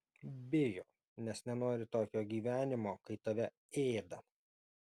bijo nes nenori tokio gyvenimo kai tave ėda